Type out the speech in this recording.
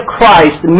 Christ